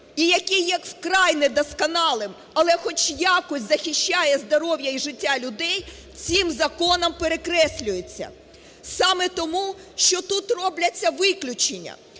і який є вкрай недосконалим, але хоч якось захищає здоров'я і життя людей, цим законом перекреслюється саме тому що тут робляться виключення.